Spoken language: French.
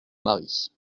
marie